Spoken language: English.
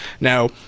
Now